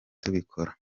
tubikora